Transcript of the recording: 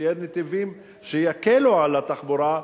שיהיו נתיבים שיקלו על התחבורה,